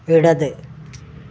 ഇടത്